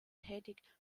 tätig